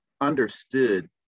understood